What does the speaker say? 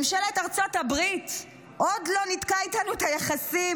ממשלת ארצות הברית עוד לא ניתקה איתנו את היחסים